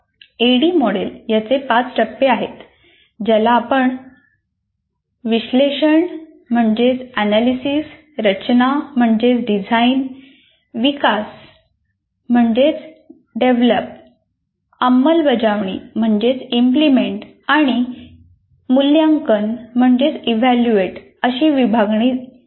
ऍडी model याचे 5 टप्पे आहेत ज्यांची आपण विश्लेषण अशी विभागणी जाणली आहे